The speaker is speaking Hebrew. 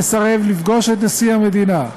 מי שמסרב לפגוש את נשיא המדינה,